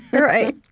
right.